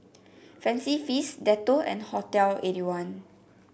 Fancy Feast Dettol and Hotel Eighty one